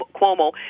Cuomo